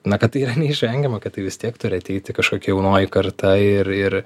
na kad tai yra neišvengiama kad tai vis tiek turi ateiti kažkokia jaunoji karta ir ir